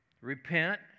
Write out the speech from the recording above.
Repent